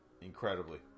Incredibly